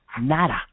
nada